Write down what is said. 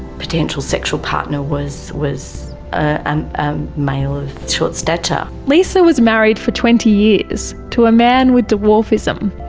potential sexual partner was was and a male of short stature. lisa was married for twenty years to a man with dwarfism.